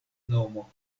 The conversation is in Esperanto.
nomo